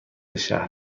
شهر